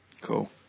Cool